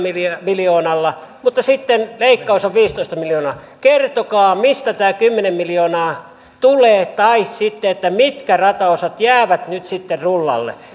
miljoonalla mutta sitten leikkaus on viisitoista miljoonaa kertokaa mistä tämä kymmenen miljoonaa tulee tai mitkä rataosat jäävät nyt sitten rullalle